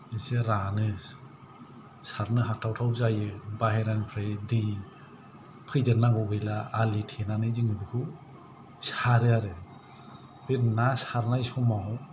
एसे रानो सारनो हाथावथाव जायो बाहेरानिफ्राय दै फैदेरनांगौ गैला आलि थेनानै जोङो बेखौ सारो आरो बे ना सारनाय समाव